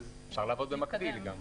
אפשר לעבוד במקביל גם.